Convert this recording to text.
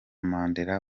mandela